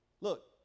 Look